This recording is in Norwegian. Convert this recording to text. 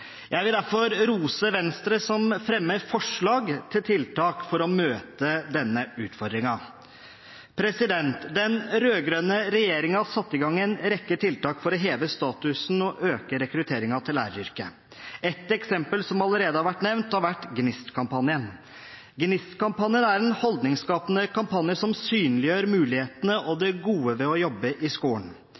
Jeg vil derfor rose Venstre, som fremmer forslag til tiltak for å møte denne utfordringen. Den rød-grønne regjeringen satte i gang en rekke tiltak for å heve statusen og øke rekrutteringen til læreryrket. Et eksempel som allerede har vært nevnt, er GNIST-kampanjen. GNIST-kampanjen er en holdningsskapende kampanje, som synliggjør mulighetene og det gode ved å jobbe i skolen.